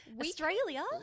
Australia